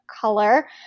color